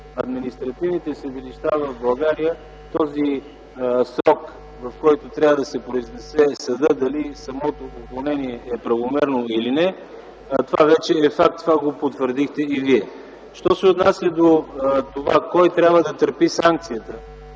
административните съдилища в България този срок, в който трябва да се произнесе съда дали самото уволнение е правомерно или не, това вече е факт, това го потвърдихте и Вие. Що се отнася до това кой трябва да търпи санкцията